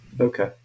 Okay